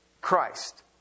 Christ